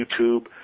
YouTube